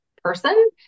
person